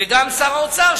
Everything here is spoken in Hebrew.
וגם שר האוצר,